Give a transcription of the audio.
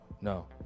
no